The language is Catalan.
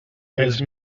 els